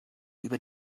über